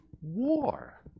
war